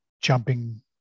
jumping